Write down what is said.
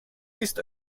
ist